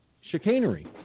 chicanery